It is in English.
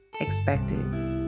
expected